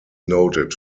noted